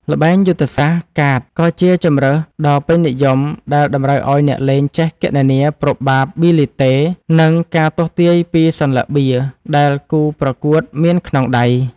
ល្បែងយុទ្ធសាស្ត្រកាតក៏ជាជម្រើសដ៏ពេញនិយមដែលតម្រូវឱ្យអ្នកលេងចេះគណនាប្រូបាប៊ីលីតេនិងការទស្សន៍ទាយពីសន្លឹកបៀដែលគូប្រកួតមានក្នុងដៃ។